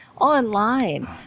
online